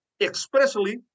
expressly